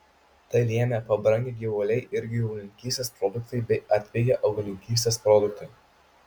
tai lėmė pabrangę gyvuliai ir gyvulininkystės produktai bei atpigę augalininkystės produktai